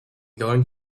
going